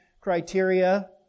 criteria